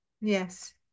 Yes